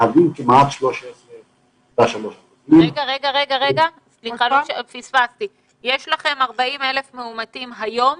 מהווים כמעט 13.3%. יש לכם 40,000 מאומתים היום?